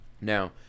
Now